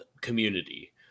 community